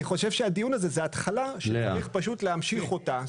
אני חושב שהדיון הזה הוא התחלה שצריך להמשיך אותה.